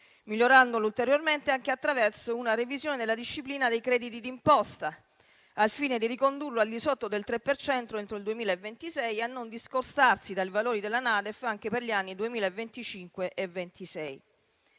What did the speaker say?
migliorandolo ulteriormente anche attraverso una revisione della disciplina dei crediti d'imposta, al fine di ricondurlo al di sotto del 3 per centro entro il 2026 e a non discostarsi dai valori della NADEF anche per gli anni 2025 e 2026.